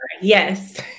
Yes